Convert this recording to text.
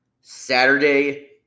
Saturday